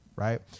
right